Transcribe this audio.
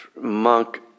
monk